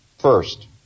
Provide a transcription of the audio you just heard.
First